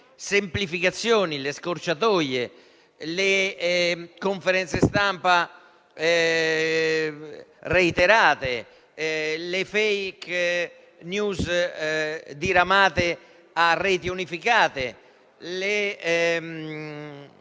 semplificazioni, le scorciatoie, le conferenze stampa reiterate, le *fake news* diramate a reti unificate e